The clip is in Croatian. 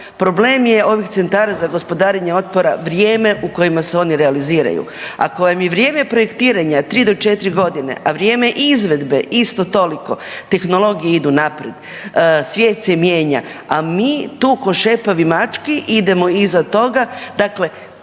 problem je ovih centara za gospodarenje otpada vrijeme u kojima se oni realiziraju. Ako vam je vrijeme projektiranja 3 do 4.g., a vrijeme izvedbe isto toliko, tehnologije idu naprijed, svijet se mijenja, a mi tu ko šepavi mački idemo iza toga, dakle